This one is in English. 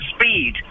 speed